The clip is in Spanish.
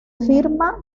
firma